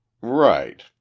Right